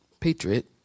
Patriot